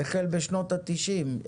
החל בשנות ה-90.